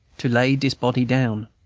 to lay dis body down.